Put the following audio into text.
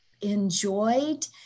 enjoyed